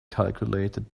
calculated